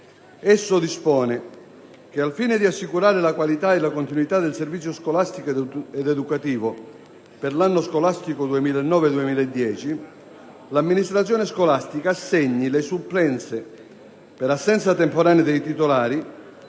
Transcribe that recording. Esso dispone che, al fine di assicurare la qualità e la continuità del servizio scolastico ed educativo per l'anno scolastico 2009-2010, l'amministrazione scolastica assegni le supplenze per assenza temporanea dei titolari